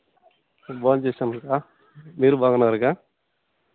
భోం చేసాం అక్క మీరు బాగున్నారా అక్క